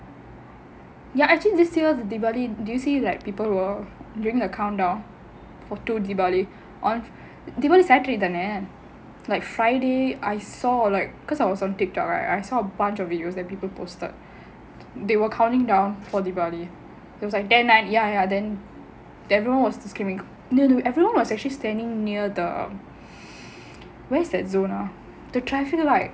ya actually this year deepavali usually people will during the countdown deepavali saturday தானே:thaanae like friday I saw like because I was on TikTok right I saw a bunch of videos that people posted they were counting down for diwali that night ya ya everyone was screaming really everyone was actually standing near the where is that zone ah the traffic light